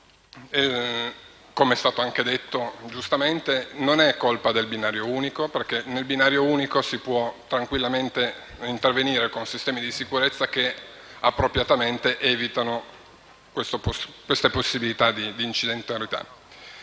Come è stato giustamente detto, la colpa non è del binario unico, perché sul binario unico si può tranquillamente intervenire con sistemi di sicurezza che appropriatamente evitano queste possibilità di incidentalità.